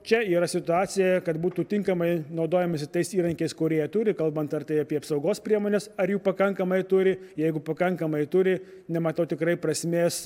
čia yra situacija kad būtų tinkamai naudojamasi tais įrankiais kur jie turi kalbant ar tai apie apsaugos priemones ar jų pakankamai turi jeigu pakankamai turi nematau tikrai prasmės